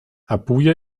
abuja